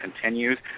continues